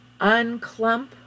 unclump